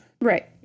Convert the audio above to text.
Right